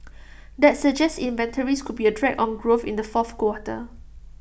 that suggests inventories could be A drag on growth in the fourth quarter